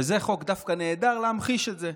וזה דווקא חוק נהדר להמחיש את זה.